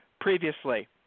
previously